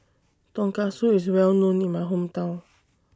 Tonkatsu IS Well known in My Hometown